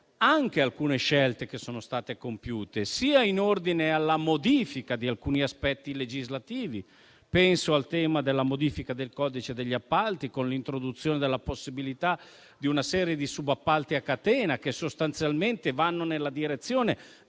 anche alcune scelte che sono state compiute, sia in ordine alla modifica di alcuni aspetti legislativi (penso alla modifica del codice degli appalti, con l'introduzione della possibilità di una serie di subappalti a catena, che sostanzialmente vanno nella direzione